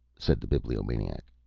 said the bibliomaniac.